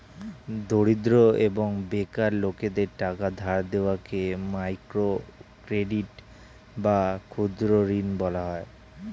দরিদ্র এবং বেকার লোকদের টাকা ধার দেওয়াকে মাইক্রো ক্রেডিট বা ক্ষুদ্র ঋণ বলা হয়